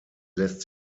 lässt